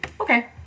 Okay